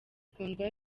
kundwa